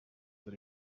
that